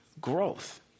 growth